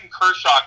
Kershaw